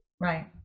Right